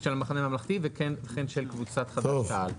וכן של קבוצת חברי תע"ל.